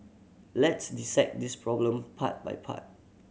let's dissect this problem part by part